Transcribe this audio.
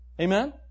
Amen